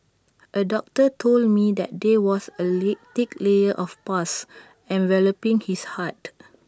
A doctor told me that there was A leak thick layer of pus enveloping his heart